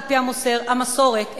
על-פי המסורת,